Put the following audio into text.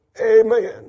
Amen